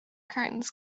curtains